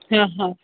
हं हं